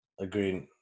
Agreed